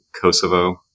Kosovo